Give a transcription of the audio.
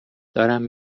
دارم